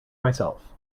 myself